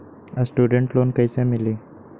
Student loan कैसे मिली?